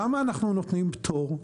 למה אנחנו נותנים פטור?